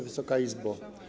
Wysoka Izbo!